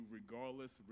regardless